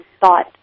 thought